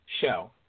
show